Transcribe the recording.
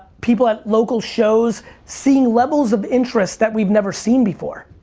people at local shows seeing levels of interest that we've never seen before.